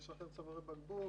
לשחרר צווארי בקבוק,